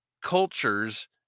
culture's